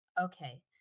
okay